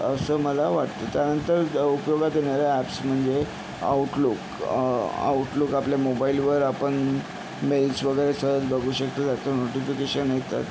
असं मला वाटतं त्यानंतर उपयोगात येणारे ॲप्स म्हणजे आऊटलूक आऊटलूक आपल्या मोबाईलवर आपण मेल्स वगैरे सहज बघू शकतो त्यातून नोटिफिकेशन निघतात